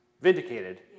vindicated